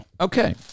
Okay